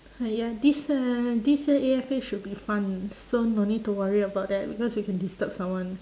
!haiya! this uh this year A_F_A should be fun ah so no need to worry about that because we can disturb someone